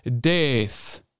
death